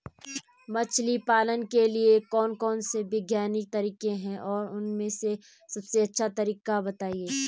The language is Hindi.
मछली पालन के लिए कौन कौन से वैज्ञानिक तरीके हैं और उन में से सबसे अच्छा तरीका बतायें?